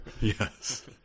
Yes